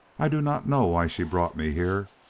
i do not know why she brought me here,